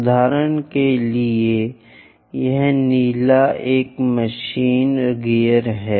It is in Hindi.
उदाहरण के लिए यह नीला एक मशीन गियर है